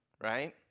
right